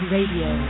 Radio